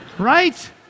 right